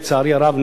לצערי הרב,